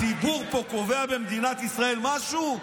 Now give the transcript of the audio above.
הציבור פה קובע במדינת ישראל משהו?